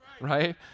right